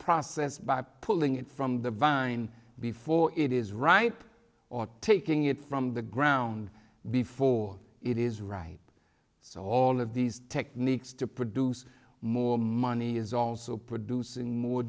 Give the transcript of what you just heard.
process by pulling it from the vine before it is ripe or taking it from the ground before it is right so all of these techniques to produce more money is also producing more